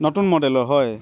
নতুন মডেলৰ হয়